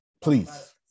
Please